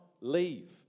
leave